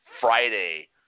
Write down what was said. Friday